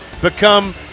become